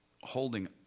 holding